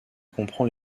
comprend